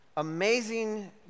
amazing